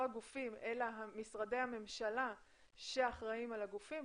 הגופים אלא משרדי הממשלה שאחראים על הגופים,